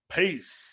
Peace